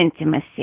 intimacy